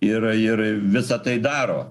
ir ir visa tai daro